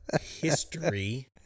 History